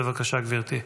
בבקשה, גברתי.